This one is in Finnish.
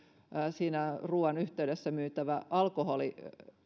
siinä ruuan yhteydessä myytävä alkoholi